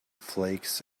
flakes